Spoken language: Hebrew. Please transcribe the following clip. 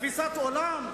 אין לך תפיסת עולם?